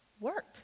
work